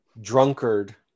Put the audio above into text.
drunkard